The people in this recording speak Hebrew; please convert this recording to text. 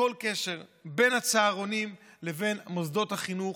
כל קשר בין הצהרונים לבין מוסדות החינוך,